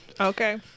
Okay